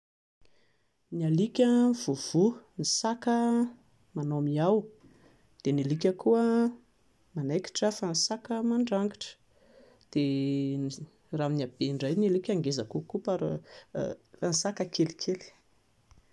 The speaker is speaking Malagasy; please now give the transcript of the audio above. Ny alika mivovò, ny saka manao miao, dia ny alika koa manaikitra fa ny saka mandrangotra, dia raha amin'ny habe indray ny alika ngeza kokoa fa raha ny saka kelikely